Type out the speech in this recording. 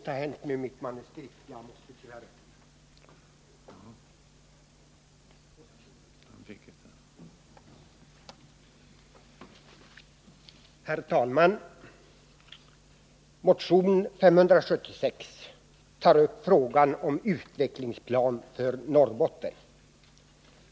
Herr talman! I motion 576 tas frågan om en utvecklingsplan för Norrbotten upp.